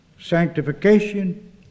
sanctification